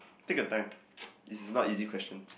take your time this is not easy question